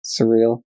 Surreal